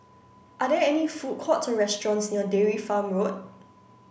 are there food courts or restaurants near Dairy Farm Road